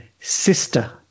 sister